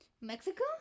mexico